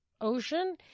ocean